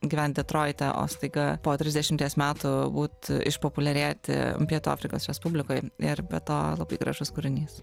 gyvent detroite o staiga po trisdešimies metų būt išpopuliarėti pietų afrikos respublikoje ir be to labai gražus kūrinys